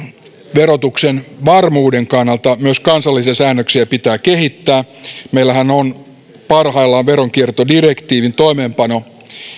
verotuksen varmuuden kannalta myös kansallisia säännöksiä pitää kehittää meillähän on parhaillaan veronkiertodirektiivin toimeenpano